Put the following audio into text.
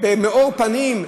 במאור פנים,